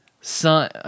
son